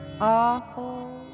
awful